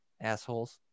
assholes